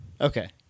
Okay